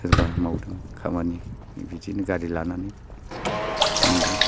सोरबा मावदों खामानि बिदिनो गारि लानानै थांदों